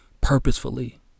purposefully